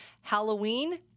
Halloween